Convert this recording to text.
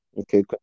okay